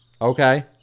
Okay